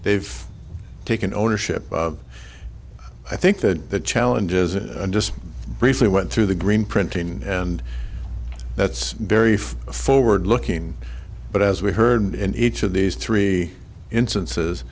have taken ownership of i think that the challenge is it just briefly went through the green printing and that's very forward looking but as we heard in each of these three instances